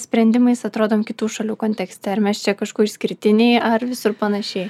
sprendimais atrodom kitų šalių kontekste ar mes čia kažkuo išskirtiniai ar visur panašiai